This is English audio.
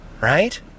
right